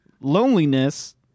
loneliness